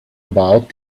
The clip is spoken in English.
about